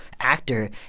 actor